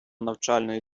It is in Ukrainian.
навчальної